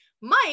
Mike